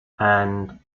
and